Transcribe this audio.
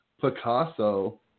Picasso